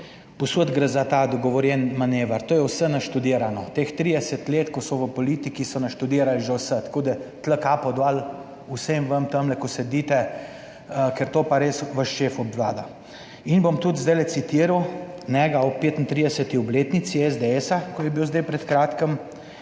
povsod gre za ta dogovorjen manever, to je vse naštudirano. Teh 30 let, ko so v politiki, so naštudirali že vse, tako da tu kapo dol vsem vam, tamle ko sedite, ker to pa res vaš šef obvlada. In bom tudi zdaj citiral njega ob 35. obletnici SDS, ko je bil zdaj pred kratkim,